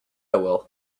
will